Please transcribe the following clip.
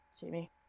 Jamie